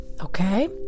okay